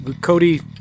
Cody